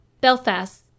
Belfast